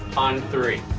on three,